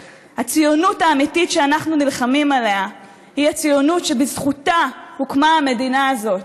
שהגיעו לכאן אחרי מסעות ארוכים כדי להקים את המדינה הנפלאה הזאת.